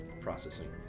Processing